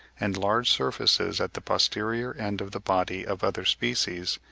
and large surfaces at the posterior end of the body of other species,